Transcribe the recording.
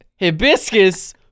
hibiscus